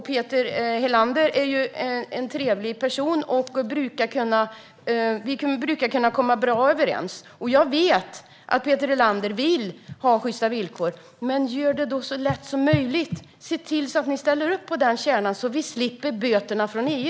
Peter Helander är en trevlig person, och vi brukar kunna komma bra överens. Jag vet att Peter Helander vill ha sjysta villkor. Men gör det då så lätt som möjligt! Se till att ni ställer upp på kärnan så att vi slipper böterna från EU!